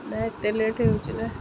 ନାଇଁ ଏତେ ଲେଟ୍ ହେଇଯାଉଛି ନା